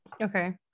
Okay